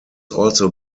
also